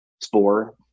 spore